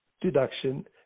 deduction